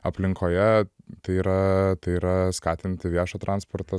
aplinkoje tai yra tai yra skatinti viešą transportą